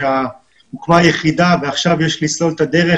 שהוקמה יחידה ועכשיו יש לסלול את הדרך.